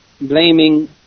blaming